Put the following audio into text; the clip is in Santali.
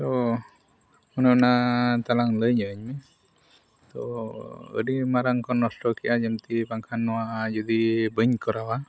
ᱛᱳ ᱚᱱᱮᱼᱚᱱᱟ ᱛᱟᱞᱟᱝ ᱞᱟᱹᱭ ᱧᱚᱜᱟᱹᱧ ᱢᱮ ᱛᱳ ᱟᱹᱰᱤ ᱢᱟᱨᱟᱝ ᱠᱚ ᱱᱚᱥᱴᱚ ᱠᱮᱫᱼᱟ ᱡᱮᱢᱛᱤ ᱵᱟᱝᱠᱷᱟᱱ ᱱᱚᱣᱟ ᱡᱩᱫᱤ ᱵᱟᱹᱧ ᱠᱚᱨᱟᱣᱟ